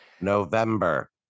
November